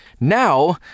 Now